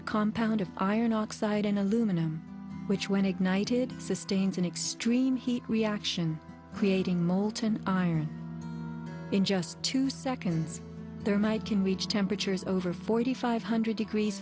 a compound of iron oxide in aluminum which when ignited sustains an extreme heat reaction creating molten iron in just two seconds there might can reach temperatures over forty five hundred degrees